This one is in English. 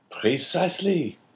Precisely